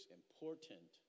important